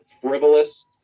frivolous